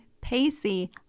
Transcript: Pacey